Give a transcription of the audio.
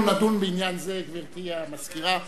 אנחנו נדון בעניין זה, גברתי המזכירה,